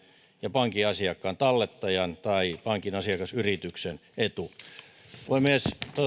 ja pankin asiakkaan tallettajan tai pankin asiakasyrityksen etu puhemies